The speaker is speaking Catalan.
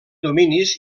dominis